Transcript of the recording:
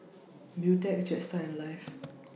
Beautex Jetstar and Alive